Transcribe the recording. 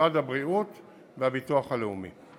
משרד הבריאות והביטוח הלאומי.